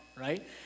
Right